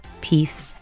peace